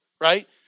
Right